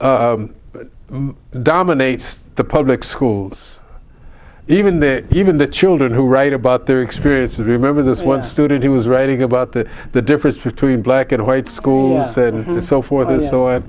dominate the public schools even there even the children who write about their experience remember this one student he was writing about that the difference between black and white schools and so for th